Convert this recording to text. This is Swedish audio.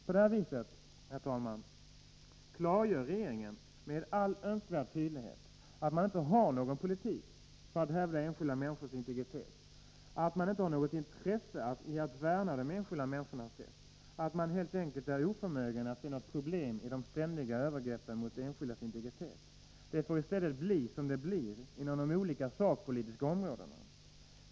På det här viset, herr talman, klargör regeringen med all önskvärd tydlighet att den inte har någon politik för att hävda enskilda människors integritet, att den inte har något intresse av att värna de enskilda människornas rätt, att den helt enkelt är oförmögen att se något problem i de ständiga övergreppen mot enskildas integritet. Det får i stället bli som det blir inom olika sakpolitiska områden.